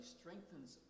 strengthens